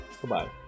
Goodbye